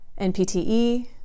NPTE